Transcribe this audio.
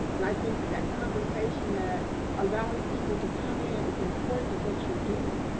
and i think that that conversation, that allowing people to come in is important to what you're doing.